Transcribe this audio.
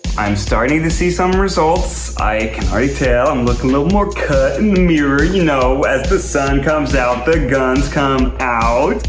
i'm starting to see some results, i can already tell. i'm looking a little more cut in the mirror you know. as the sun comes out, the guns come out.